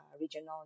regional